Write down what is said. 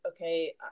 okay